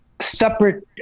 separate